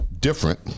Different